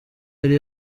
yari